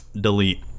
delete